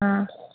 ꯑꯥ